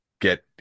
get